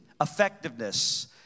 effectiveness